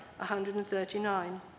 139